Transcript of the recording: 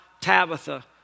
Tabitha